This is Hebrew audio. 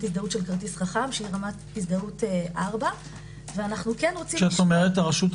הזדהות של כרטיס חכם שהיא רמת הזדהות 4. כשאת אומרת הרשות,